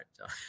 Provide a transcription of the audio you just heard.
right